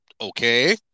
okay